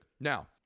Now